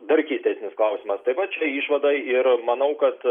dar keistesnis klausimas tai vat čia išvada ir manau kad